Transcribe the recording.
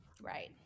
Right